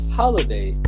holiday